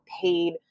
paid